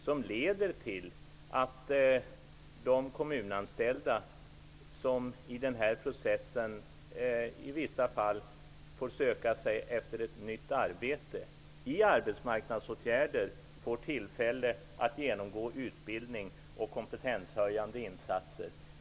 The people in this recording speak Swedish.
De leder till att de kommunanställda som i denna process i vissa fall får söka efter ett nytt arbete genom arbetsmarknadsåtgärder får tillfälle att genomgå utbildning och få del av kompetenshöjande insatser.